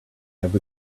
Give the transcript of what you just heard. have